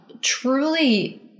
truly